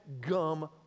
gum